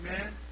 Amen